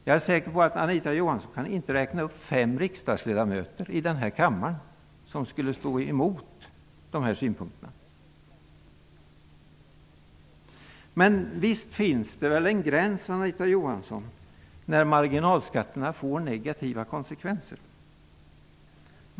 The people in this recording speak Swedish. Jag är säker på att Anita Johansson inte kan räkna upp fem riksdagsledamöter som skulle stå emot dessa synpunkter. Visst finns det väl en gräns där marginalskatterna får negativa konsekvenser.